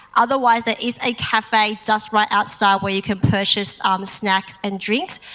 otherwise there is a cafe just right outside where you can purchase snacks and drinks.